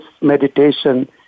meditation